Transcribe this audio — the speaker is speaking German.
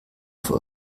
für